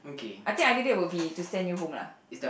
I think ideal date would be to send you home lah